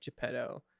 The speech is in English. Geppetto